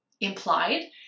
implied